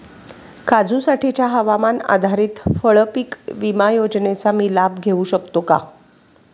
काजूसाठीच्या हवामान आधारित फळपीक विमा योजनेचा मी लाभ घेऊ शकतो का?